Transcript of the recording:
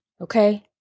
Okay